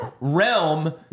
realm